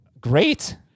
great